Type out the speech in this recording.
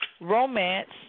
romance